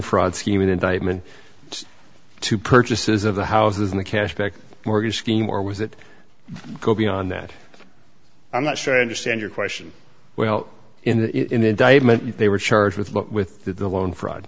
fraud scheme and indictment to purchases of the houses in the cash back mortgage scheme or was it go beyond that i'm not sure i understand your question well in the indictment they were charged with with the loan fraud